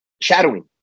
shadowing